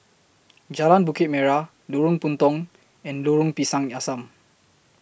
Jalan Bukit Merah Lorong Puntong and Lorong Pisang Asam